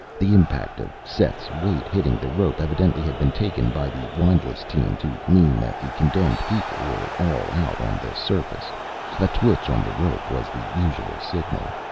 the impact of seth's weight hitting the rope evidently had been taken by the windlass team to mean that the condemned people were all out on the surface a twitch on the rope was the usual signal.